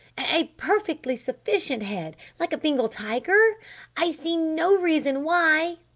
a perfectly sufficient head like a bengal tiger i see no reason why